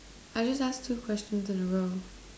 I just asked two questions in a row